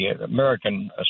American